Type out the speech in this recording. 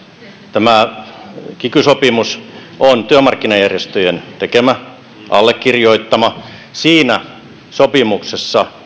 tämä kiky sopimus on työmarkkinajärjestöjen tekemä allekirjoittama siinä sopimuksessa